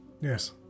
Yes